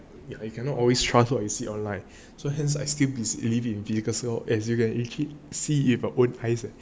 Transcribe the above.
like you cannot always trust what you see online so hence I still physically be in physical store as you can see with your own eyes